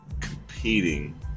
competing